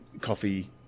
coffee